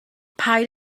paid